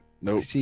Nope